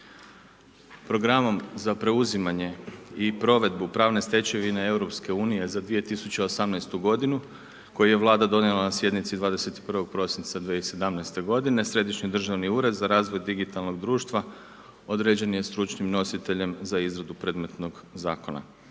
Programom za preuzimanje i provedbu pravne stečevine EU za 2018. g. koji je Vlada donijela na sjednici 21. prosinca 2017. g. Središnji državni ured za razvoj digitalnog društva, određen je stručnim nositeljem za izradu predmetnog zakona.